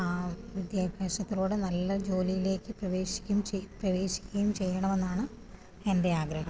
ആ വിദ്യഭ്യാസത്തിലൂടെ നല്ല ജോലിയിലേയ്ക്ക് പ്രവേശിക്കുകയും ചെയ്യും പ്രവേശിക്കുകയും ചെയ്യണമെന്നാണ് എൻ്റെ ആഗ്രഹം